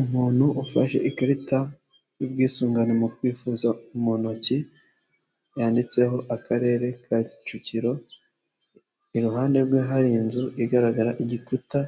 Umuntu ufashe ikarita y'ubwisungane mu kwivuza mu ntoki yanditseho akarere ka kicukiro iruhande rwe hari inzu igaragara igikuta